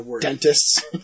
dentists